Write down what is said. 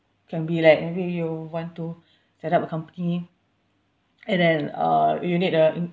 can be like maybe you want to set up a company and then uh you need a in~